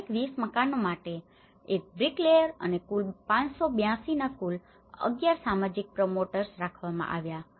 દરેક 20 મકાનો માટે એક બ્રીકલેયર અને કુલ 582ના કુલ 11 સામાજિક પ્રમોટર્સ રાખવામાં આવ્યા